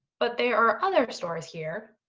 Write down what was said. but there are other stores here,